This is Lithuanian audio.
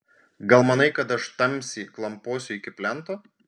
gal manai kad aš tamsy klamposiu iki plento